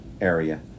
area